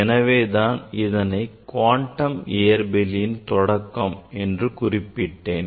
எனவேதான் இதனை குவாண்டம் இயற்பியலின் தொடக்கம் என்று குறிப்பிட்டேன்